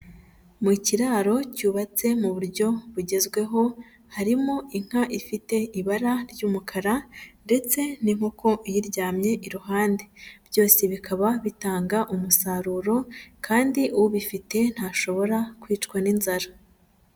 Mu kiraro cyubatse mu buryo bugezweho, harimo inka ifite ibara ry'umukara ndetse n'inkoko iyiryamye iruhande, byose bikaba bitanga umusaruro kandi ubifite ntashobora kwicwa n'inzara.